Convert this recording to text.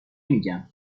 نمیگم